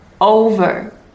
over